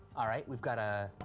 all right. we've got a.